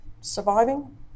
surviving